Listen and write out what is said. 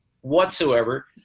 whatsoever